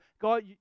God